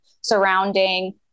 surrounding